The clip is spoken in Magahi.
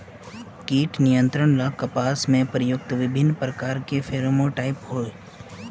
कीट नियंत्रण ला कपास में प्रयुक्त विभिन्न प्रकार के फेरोमोनटैप होई?